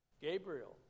Gabriel